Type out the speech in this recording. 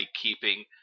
keeping